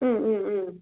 ம் ம் ம்